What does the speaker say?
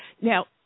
Now